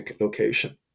location